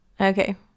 okay